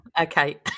okay